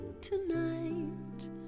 tonight